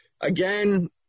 Again